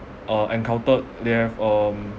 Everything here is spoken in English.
uh encountered they have um